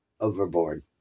overboard